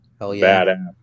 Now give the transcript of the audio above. Badass